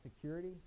security